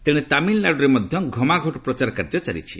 ତେଣେ ତାମିଲନାଡୁରେ ମଧ୍ୟ ଘମାଘୋଟ ପ୍ରଚାର କାର୍ଯ୍ୟ ଚାଲିଛି